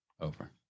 over